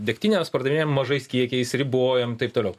degtinės pardavinėjam mažais kiekiais ribojam taip toliau